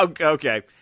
Okay